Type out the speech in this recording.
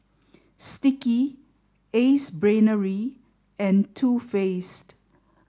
Sticky Ace Brainery and Too Faced